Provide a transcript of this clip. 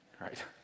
right